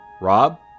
Rob